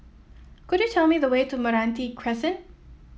could you tell me the way to Meranti Crescent